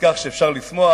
כך שאפשר לשמוח,